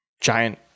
giant